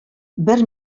бер